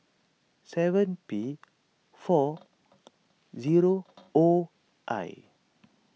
seven P four zero O I